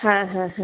হ্যাঁ হ্যাঁ হ্যাঁ